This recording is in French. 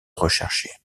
recherchée